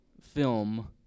film